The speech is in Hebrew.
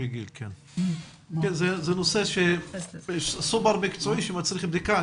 זה נושא סופר מקצועי שמצריך בדיקה.